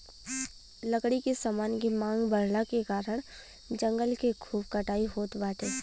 लकड़ी के समान के मांग बढ़ला के कारण जंगल के खूब कटाई होत बाटे